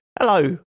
Hello